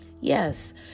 Yes